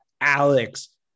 Alex